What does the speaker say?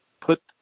put